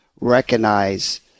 recognize